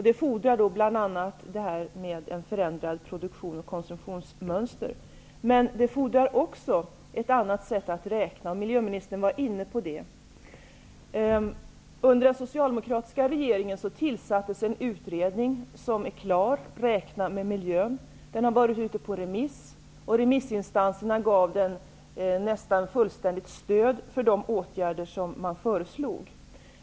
Det fordrar bl.a. ett förändrat konsumtions och produktionsmönster. Men det fordrar också ett annat sätt att räkna, och miljöministern var inne på det. Under den socialdemokratiska regeringen tillsattes en utredning som nu är klar, nämligen Räkna med miljön. Den har varit ute på remiss. Remissinstanserna gav den nästan fullständigt stöd för de åtgärder som föreslogs.